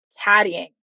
caddying